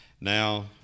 Now